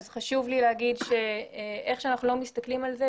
חשוב לי לומר שאיך שאנחנו לא מסתכלים על זה,